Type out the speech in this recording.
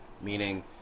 meaning